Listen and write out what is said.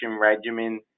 regimen